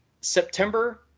September